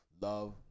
love